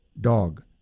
dog